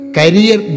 Career